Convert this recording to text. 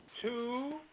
Two